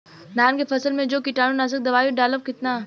धान के फसल मे जो कीटानु नाशक दवाई डालब कितना?